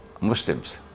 Muslims